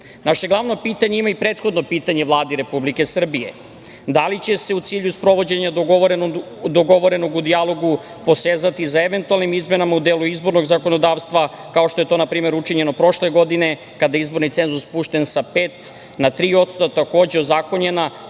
glavno pitanje ima i prethodno pitanje Vladi Republike Srbije – da li će se, u cilju sprovođenja dogovorenog u dijalogu, posezati sa eventualnim izmenama u delu izbornog zakonodavstva, kao što je to npr. učinjeno prošle godine kada je izborni cenzus spušten sa pet na tri posto, takođe ozakonjena,